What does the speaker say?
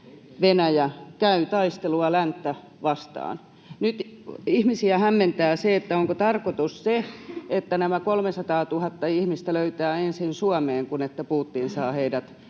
Venäjä käy taistelua länttä vastaan. Nyt ihmisiä hämmentää se, onko tarkoitus, että nämä 300 000 ihmistä löytävät ensin Suomeen kuin että Putin saa heidät